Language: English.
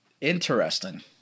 Interesting